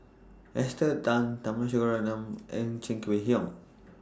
Esther Tan Tharman Shanmugaratnam and Cheng Wai Keung